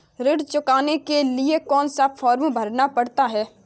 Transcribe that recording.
ऋण चुकाने के लिए कौन सा फॉर्म भरना पड़ता है?